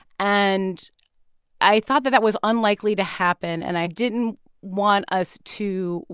and i thought that that was unlikely to happen. and i didn't want us to,